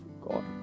God